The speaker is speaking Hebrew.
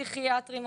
פסיכיאטרים,